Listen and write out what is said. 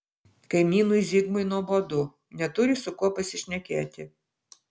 kaimynui zigmui nuobodu neturi su kuo pasišnekėti